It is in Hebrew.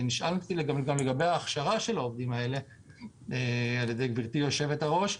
ונשאלתי גם לגבי ההכשרה שלהם על ידי גברתי יושבת הראש.